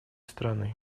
страны